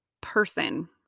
Person